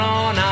on